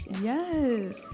Yes